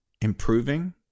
improving